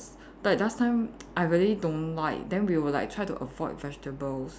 but last time I really don't like then we will like try to avoid vegetables